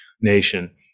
Nation